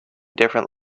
different